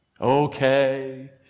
Okay